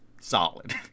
solid